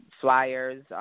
Flyers